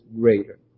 greater